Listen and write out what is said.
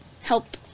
help